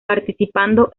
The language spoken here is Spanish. participando